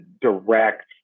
direct